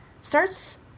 starts